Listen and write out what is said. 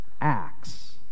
acts